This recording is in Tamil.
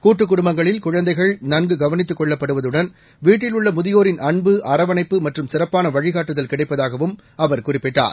கூட்டுக் குடும்பங்களில் குழந்தைகள் நன்கு கவனித்துக் கொள்ளப்படுவதுடன் வீட்டில் உள்ள முதியோரின் அன்பு அரவணைப்பு மற்றம் சிறப்பான வழிகாட்டுதல் கிடைப்பதாகவும் அவர் குறிப்பிட்டார்